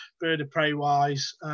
bird-of-prey-wise